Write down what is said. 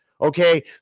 Okay